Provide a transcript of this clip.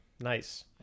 nice